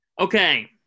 Okay